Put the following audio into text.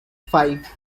five